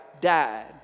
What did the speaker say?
died